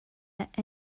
let